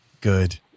Good